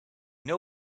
know